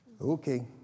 Okay